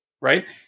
right